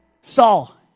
Saul